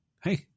hey